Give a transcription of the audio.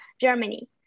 Germany